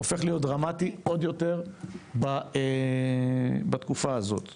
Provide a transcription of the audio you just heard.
הופך להיות לדרמטי עוד יותר בתקופה הזו,